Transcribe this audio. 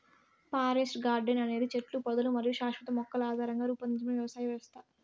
forest garden అనేది చెట్లు, పొదలు మరియు శాశ్వత మొక్కల ఆధారంగా రూపొందించబడిన వ్యవసాయ వ్యవస్థ